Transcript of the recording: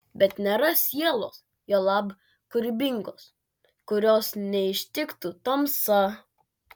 bet nėra sielos juolab kūrybingos kurios neištiktų tamsa